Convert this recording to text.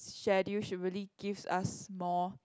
schedule should really gives us more